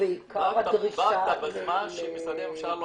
עבד אל חכים חאג' יחיא (הרשימה המשותפת): באת בזמן שמשרדי הממשלה,